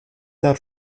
der